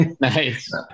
Nice